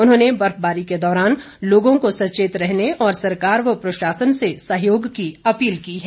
उन्होंने बर्फबारी के दौरान लोगों को सचेत रहने और सरकार व प्रशासन से सहयोग की अपील की है